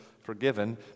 forgiven